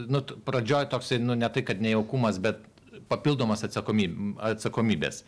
nu pradžioj toksai nu ne tai kad nejaukumas bet papildomos atsakomy atsakomybės